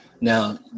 now